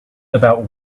about